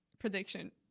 prediction